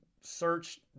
search